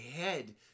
head